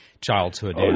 childhood